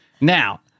Now